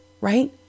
Right